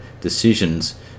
decisions